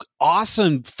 awesome